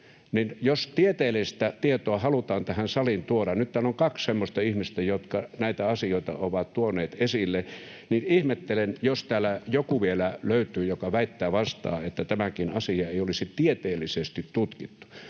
Jos tieteellistä tietoa halutaan tähän saliin tuoda — nyt täällä on kaksi semmoista ihmistä, jotka näitä asioita ovat tuoneet esille — niin ihmettelen, jos täällä löytyy vielä joku, joka väittää vastaan, että tämäkään asia ei olisi tieteellisesti tutkittu.